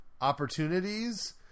opportunities